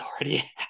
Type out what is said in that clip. already